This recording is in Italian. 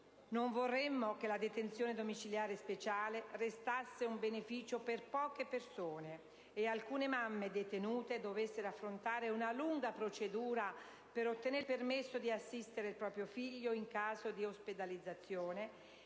Non vorremmo che la detenzione domiciliare speciale restasse un beneficio per poche persone e che alcune mamme detenute dovessero affrontare una lunga procedura per ottenere il permesso di assistere il proprio figlio in caso di ospedalizzazione